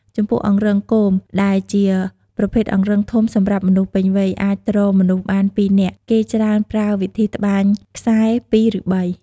ចំពោះអង្រឹងគម ដែលជាប្រភេទអង្រឹងធំសម្រាប់មនុស្សពេញវ័យ អាចទ្រមនុស្សបានពីរនាក់ គេច្រើនប្រើវិធីត្បាញខ្សែរ ២ ឬ ៣ ។